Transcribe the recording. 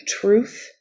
truth